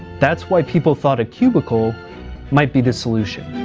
that's why people thought a cubicle might be the solution.